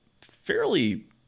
fairly